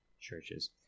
churches